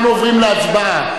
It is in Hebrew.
אנחנו עוברים להצבעה.